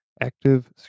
active